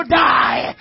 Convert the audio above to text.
die